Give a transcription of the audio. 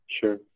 Sure